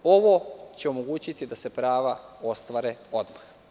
Ovo će omogućiti da se prava ostvare odmah.